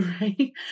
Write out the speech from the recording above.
Right